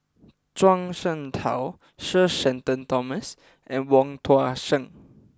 Zhuang Shengtao Sir Shenton Thomas and Wong Tuang Seng